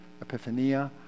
epiphania